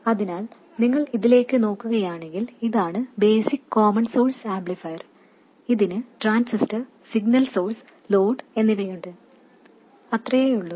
അതിനാൽ നിങ്ങൾ ഇതിലേക്ക് നോക്കുകയാണെങ്കിൽ ഇതാണ് ബേസിക് കോമൺ സോഴ്സ് ആംപ്ലിഫയർ ഇതിന് ട്രാൻസിസ്റ്റർ സിഗ്നൽ സോഴ്സ് ലോഡ് എന്നിവയുണ്ട് അത്രയേയുള്ളൂ